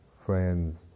friends